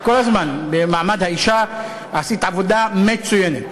כל הזמן בוועדה למעמד האישה את עשית עבודה מצוינת,